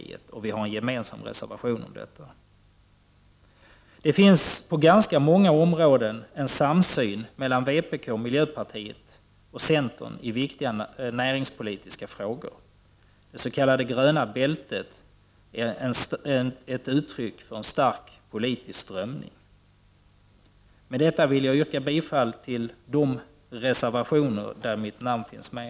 Vpk och miljöpartiet har en gemensam reservation om detta. Det finns på ganska många områden en samsyn mellan vpk, miljöpartiet och centerpartiet i viktiga näringspolitiska frågor. Det s.k. gröna bältet är ett uttryck för en stark politisk strömning. Med det anförda vill jag yrka bifall till de reservationer där mitt namn finns med.